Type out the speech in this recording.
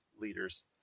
leaders